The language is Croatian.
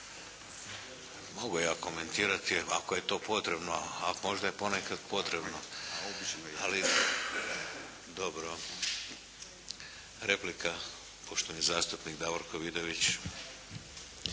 Mogu ja komentirati, ako je to potrebno, a možda je ponekad potrebno. Ali, dobro. Replika. Poštovani zastupnik Davorko Vidović.